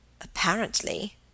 Apparently